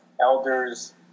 elders